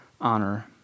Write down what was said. honor